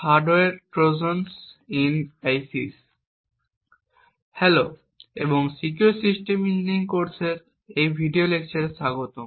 hello এবং secure system engineering কোর্সের এই ভিডিও লেকচারে স্বাগতম